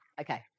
okay